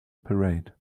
parade